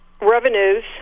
revenues